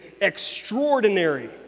extraordinary